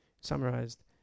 summarized